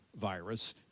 virus